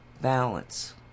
balance